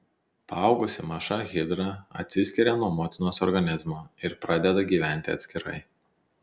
paaugusi maža hidra atsiskiria nuo motinos organizmo ir pradeda gyventi atskirai